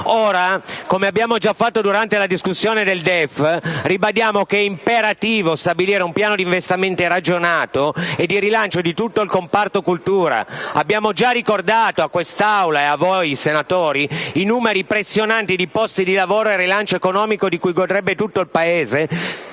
Ora, come abbiamo già fatto durante la discussione del DEF, ribadiamo che è imperativo stabilire un piano di investimenti ragionato e di rilancio di tutto il comparto cultura. Abbiamo già ricordato a quest'Aula e a voi senatori il numero impressionante di posti di lavoro e il rilancio economico di cui godrebbe tutto il Paese;